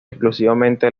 exclusivamente